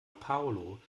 paulo